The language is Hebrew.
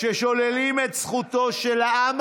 כששוללים את זכותו של העם